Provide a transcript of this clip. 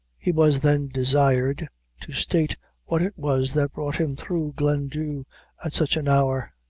he was then desired to state what it was that brought him through glendhu at such an hour.